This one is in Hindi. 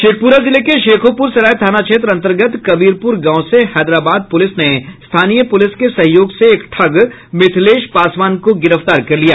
शेखपुरा जिले के शेखोपुर सराय थाना क्षेत्र अंतर्गत कबीरपुर गांव से हैदराबाद पुलिस ने स्थानीय पुलिस के सहयोग से एक ठग मिथिलेश पासवान को गिरफ्तार कर लिया